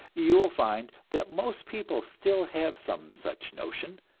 you will find that most people still have some such notion,